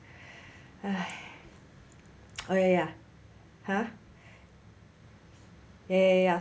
哎 oh ya ya ya !huh! ya ya